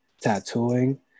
tattooing